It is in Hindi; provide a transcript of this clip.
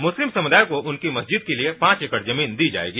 मुस्लिम समुदाय को उनकी मस्जिद के लिए पांच एकड़ जमीन दी जाएगी